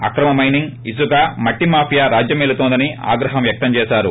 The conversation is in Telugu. అక్రమ మైనింగ్ ఇసుక మట్టి మాఫియా రాజ్యమేలుతోందని ఆగ్రహం వ్యక్తం చేశారు